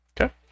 Okay